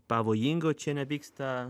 pavojingo čia nevyksta